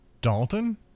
Dalton